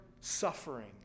suffering